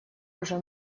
уже